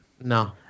No